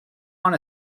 want